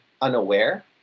unaware